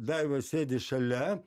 daiva sėdi šalia